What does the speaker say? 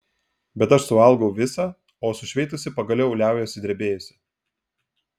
bet aš suvalgau visą o sušveitusi pagaliau liaujuosi drebėjusi